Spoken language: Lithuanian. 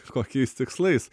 kokiais tikslais